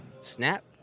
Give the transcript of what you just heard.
snap